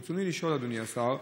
ברצוני לשאול, אדוני השר: